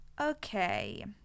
Okay